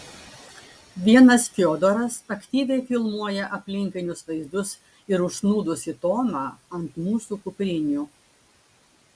vienas fiodoras aktyviai filmuoja aplinkinius vaizdus ir užsnūdusį tomą ant mūsų kuprinių